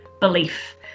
belief